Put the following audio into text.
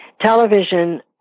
Television